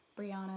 Brianna